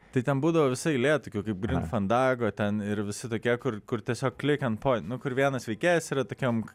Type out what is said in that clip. tai ten būdavo visa eilė tokių kaip gryn fandago ten ir visi tokie kur kur tiesiog kliken point nu kur vienas veikėjas yra tokiam